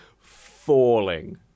falling